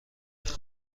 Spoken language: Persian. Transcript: خوای